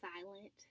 silent